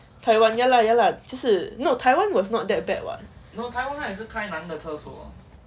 taiwan ya lah ya lah 就是 no taiwan was not that bad [what]